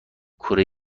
کره